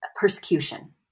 persecution